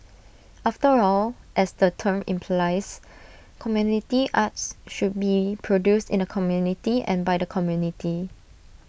after all as the term implies community arts should be produced in the community and by the community